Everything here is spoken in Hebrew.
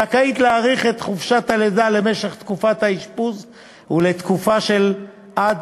היא זכאית להאריך את חופשת הלידה למשך תקופת האשפוז ולתקופה של עד